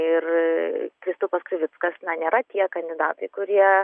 ir kristupas krivickas na nėra tie kandidatai kurie